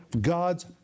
God's